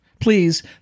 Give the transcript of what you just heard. please